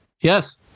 yes